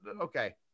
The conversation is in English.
okay